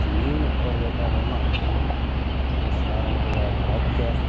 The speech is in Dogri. जमीन उप्पर जेह्का रौह्ना एह् अलग ऐ